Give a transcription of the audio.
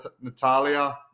Natalia